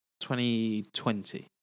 2020